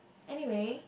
anyway